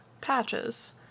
patches